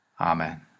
Amen